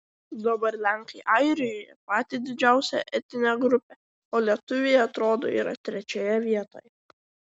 dabar lenkai airijoje pati didžiausia etninė grupė o lietuviai atrodo yra trečioje vietoje